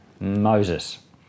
Moses